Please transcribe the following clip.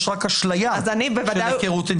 יש רק אשליה של היכרות אינטימית.